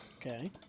Okay